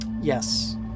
yes